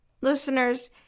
Listeners